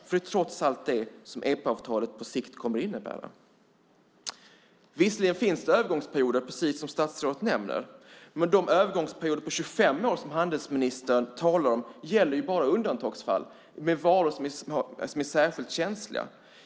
Det är trots allt det som EPA-avtalen på sikt kommer att innebära. Visserligen finns det övergångsperioder, precis som handelsministern säger. Men de övergångsperioder på 25 år som handelsministern talar om gäller bara i undantagsfall och för varor som är särskilt känsliga.